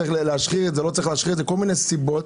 צריך להשחיר וכל מיני סיבות.